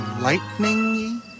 Lightning